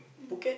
mm